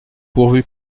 pourvu